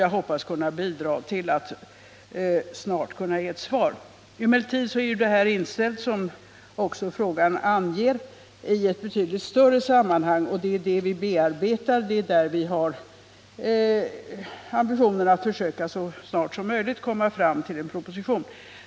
Jag hoppas kunna bidra till att den snart skall bli besvarad. Emellertid ingår detta, som frågaren också anger, i ett betydligt större sammanhang. Vi har ambitionerna att så snart som möjligt komma fram till en proposition i det ärendet.